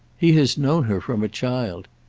he has known her from a child.